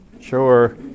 Sure